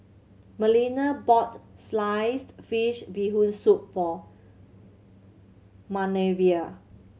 Melina bought sliced fish Bee Hoon Soup for Manervia